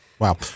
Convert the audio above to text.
Wow